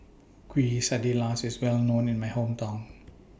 Quesadillas IS Well known in My Hometown